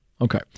okay